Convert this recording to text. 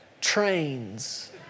trains